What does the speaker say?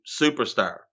superstar